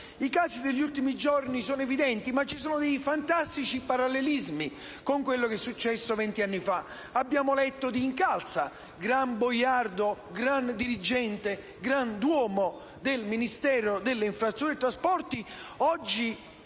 I casi degli ultimi giorni sono evidenti, ma ci sono dei fantastici parallelismi con quello che è successo vent'anni fa. Abbiamo letto di Incalza, gran boiardo, gran dirigente, grand'uomo del Ministero delle infrastrutture e dei trasporti,